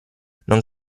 non